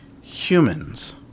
humans